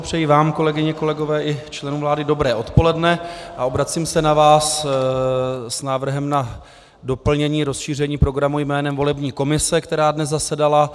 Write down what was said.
Přeji vám, kolegyně a kolegové, i členům vlády dobré odpoledne a obracím se na vás s návrhem na doplnění a rozšíření programu jménem volební komise, která dnes zasedala.